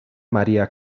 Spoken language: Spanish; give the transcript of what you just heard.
maría